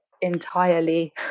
entirely